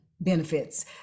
benefits